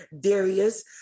Darius